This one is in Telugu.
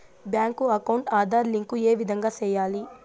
బ్యాంకు అకౌంట్ ఆధార్ లింకు ఏ విధంగా సెయ్యాలి?